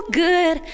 good